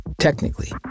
Technically